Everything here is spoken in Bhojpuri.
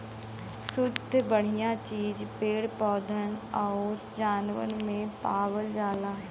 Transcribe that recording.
सुद्ध बढ़िया चीज पेड़ पौधन आउर जानवरन में पावल जाला